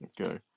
okay